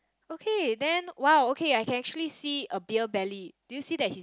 okay then !wow! okay I can actually see a beer belly do you see that his